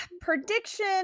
prediction